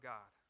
God